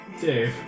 Dave